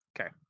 Okay